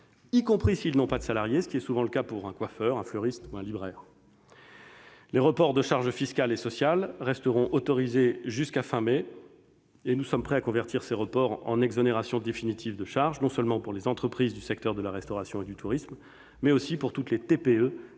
y compris s'ils n'ont pas de salariés, ce qui est souvent le cas pour les coiffeurs, les fleuristes ou les libraires. Les reports de charges fiscales et sociales resteront autorisés jusqu'à la fin du mois de mai. Nous sommes prêts à convertir ces reports en exonérations définitives de charges, non seulement pour les entreprises du secteur de la restauration et du tourisme, mais aussi pour toutes les TPE